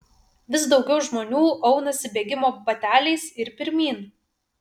vis daugiau žmonių aunasi bėgimo bateliais ir pirmyn